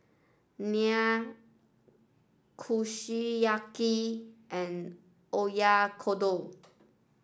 Naan Kushiyaki and Oyakodon